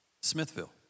Smithville